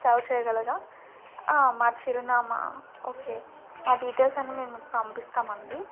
serve చేయగలరా మా చిరునామా ఓకే మా డీటెయిల్స్ అన్ని మేము పంపిస్తామండి